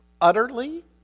utterly